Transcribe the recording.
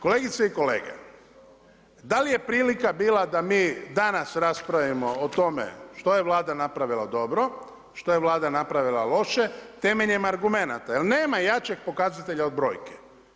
Kolegice i kolege, da li je prilika bila da mi danas raspravimo o tome što je Vlada napravila dobro, što je Vlada napravila loše temeljem argumenata, jer nema jačeg pokazatelja od brojke.